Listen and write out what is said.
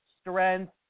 strength